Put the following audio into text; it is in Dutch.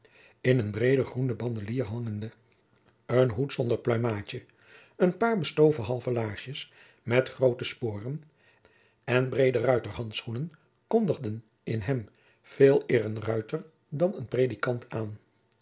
in een breeden groenen bandelier hangende een hoed zonder pluimaadje een paar bestoven halve laarsjens met groote sporen en breede ruitershandschoenen kondigden in hem veeleer een ruiter dan een predikant aan